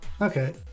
Okay